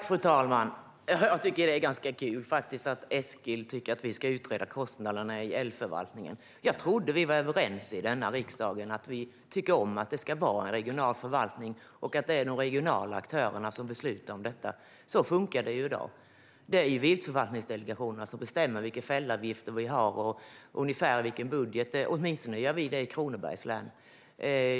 Fru talman! Jag tycker faktiskt att det är ganska kul att Eskil vill att vi ska utreda kostnaderna för älgförvaltningen. Jag trodde ju att vi här i riksdagen var överens och tyckte om att förvaltningen är regional och att de regionala aktörerna ska besluta om det här. Så funkar det i dag. Det är viltförvaltningsdelegationerna som bestämmer över fällavgifterna och över hur stor budgeten på ett ungefär ska vara. Åtminstone gör vi så i Kronobergs län.